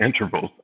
intervals